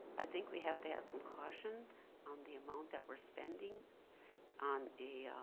i think we have to have some caution on the amount that we're spending on a, i